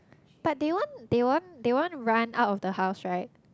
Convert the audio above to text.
but they want they want they want run out of the house right